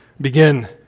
begin